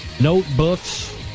Notebooks